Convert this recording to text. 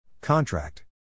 Contract